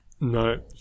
no